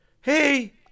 Hey